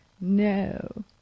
No